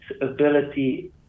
ability